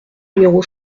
numéro